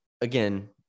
again